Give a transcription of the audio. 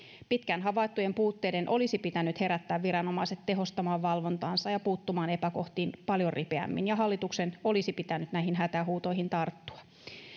pitkään havaittujen puutteiden olisi pitänyt herättää viranomaiset tehostamaan valvontaansa ja puuttumaan epäkohtiin paljon ripeämmin ja hallituksen olisi pitänyt näihin hätähuutoihin tarttua